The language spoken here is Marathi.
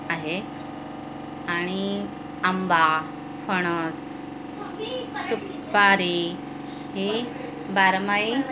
आहे आणि आंबा फणस सुपारी ही बारमाही